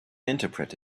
interpret